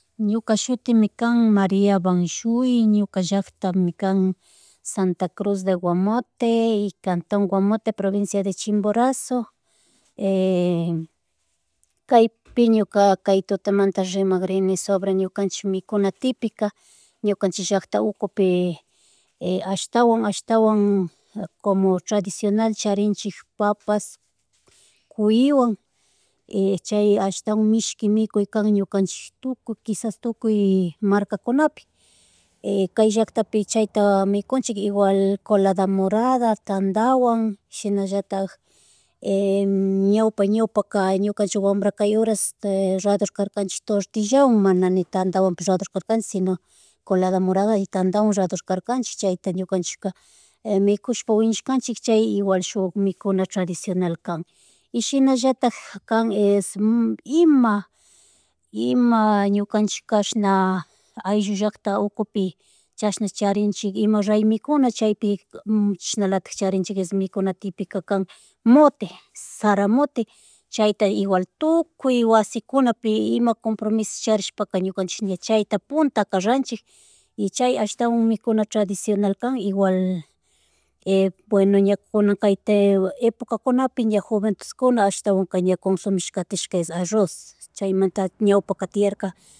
Ñuka shutimikan Marìa Banshuy, ñuka llacktami kan Santa Cruz de Guamote y cantón Guamote, provincia de Chimborazo. Kaypi, ñuka kay tutamanta rimakrini sobre ñukanchik mikuna típica. Ñukanchik llackta ukupi, ashtawan, ashtawan como tradicional charicnchik, papas, cuyiwan y chay ashtawan mishki mikuy kan ñukanchik tukuy, kishas tukuy marcakunapi y kay llacktapi chayta mikunchik igual colada morada, tandawan, shinallatak, ñawpa, ñawpa ka. Ñuka shuk wambraka kay urasta ruador karakanchik, tortillawan mana ni tandawanpish ruador karkanchik, sino colada morada y tanda wan rador karkanchik chayta ñukanchika, mikushpa, wiñashkanchik, chay igual shuk mikuna tradicional kan, y shinallatik, kan, es, ima ima, ñukanchik kashna ayllu llakta ukupi chashna charinchik ima raymikuna chaypi, chashnalatik charinchik es mikuna tipikakan: mote, shara mote chayta igual tukuy wasikunapi ima compromiso charishpaka ñunakanchik ña chayta puntaka ruanchik y chay ashtawan mikuna tradicional kan igual, bueno ña kunan kay epokakunapi ña juventudkuna ashtawan ka ña konsumish katishka es arroz, chaymanta ñawpaka tiarka